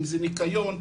ניקיון,